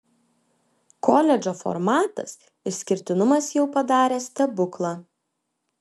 koledžo formatas išskirtinumas jau padarė stebuklą